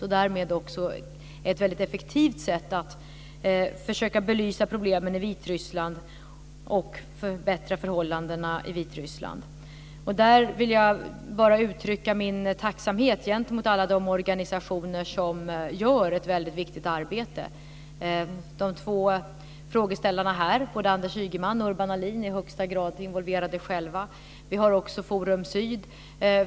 Det är därmed också ett väldigt effektivt sätt att försöka belysa problemen i Vitryssland och förbättra förhållandena i Jag vill bara uttrycka min tacksamhet gentemot alla de organisationer som gör ett väldigt viktigt arbete. De två frågeställarna här, Anders Ygeman och Urban Ahlin, är i högsta grad involverade själva. Vi har också Forum Syd.